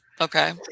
okay